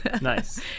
nice